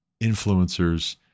influencers